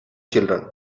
children